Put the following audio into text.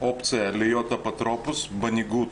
אופציה להיות אפוטרופוס, בניגוד